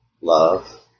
love